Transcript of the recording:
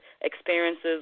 experiences